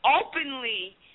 openly